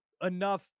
enough